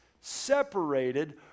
separated